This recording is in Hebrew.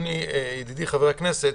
ידידי חבר הכנסת,